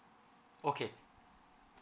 okay